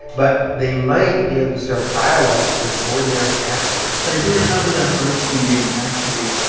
but they might be able to start dialogues with ordinary afghans i do remember that first meeting, actually,